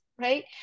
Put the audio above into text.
right